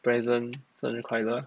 present 生日快乐